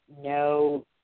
no